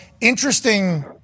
interesting